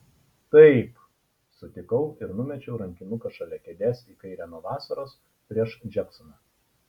taip sutikau ir numečiau rankinuką šalia kėdės į kairę nuo vasaros prieš džeksoną